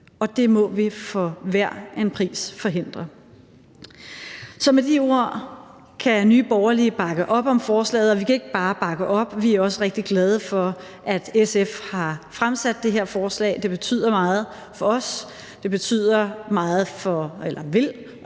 og det må vi for hver en pris forhindre. Så med de ord kan Nye Borgerlige bakke op om forslaget, og vi kan ikke bare bakke op, vi kan også sige, at vi er rigtig glade for, at SF har fremsat det her forslag. Det betyder meget for os, og det vil